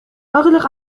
أغلق